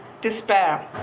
despair